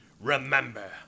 Remember